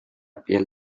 piel